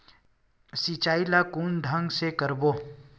सिंचाई ल कोन ढंग से करबो?